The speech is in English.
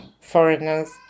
foreigners